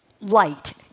Light